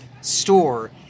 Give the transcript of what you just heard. store